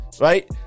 right